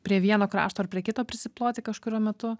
prie vieno krašto ar prie kito priploti kažkuriuo metu